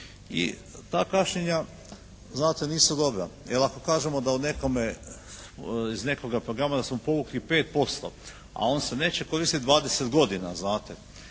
I ta kašnjenja znate nisu dobra. Jer ako kažemo da o nekome iz nekoga programa da smo povukli 5%, a on se neće koristiti 20 godina, znate,